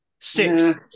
Six